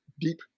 deep